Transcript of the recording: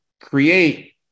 create